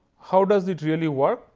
how does it really work?